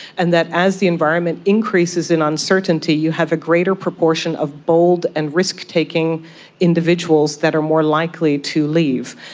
and that as the environment increases in uncertainty you have a greater proportion of bold and risk-taking individuals that are more likely to leave.